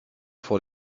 vor